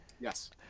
Yes